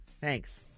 Thanks